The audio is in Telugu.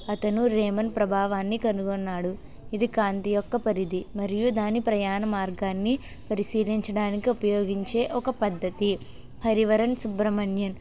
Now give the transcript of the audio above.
అతను రేమన్ ప్రభావాన్ని కనుగొన్నాడు ఇది కాంతి యొక్క పరిధి మరియు దాని ప్రయాణ మార్గాన్ని పరిశీలించడానికి ఉపయోగించే ఒక పద్ధతి హరివరన్ సుబ్రహ్మణ్యన్